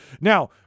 Now